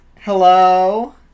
hello